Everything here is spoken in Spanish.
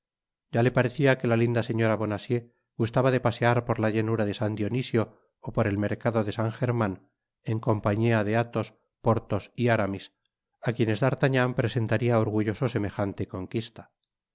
ya le parecia que la linda señora bonacieux gustaba de pasear por la tlanura de san dionisio ó por el mercado de san german en compañia de athos porthos y aramis á quienes d'artagnan presentaria orgulloso semejante conquista